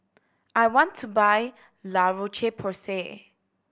I want to buy La Roche Porsay